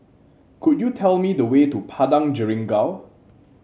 could you tell me the way to Padang Jeringau